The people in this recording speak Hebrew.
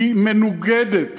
מנוגדת